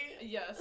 Yes